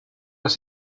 has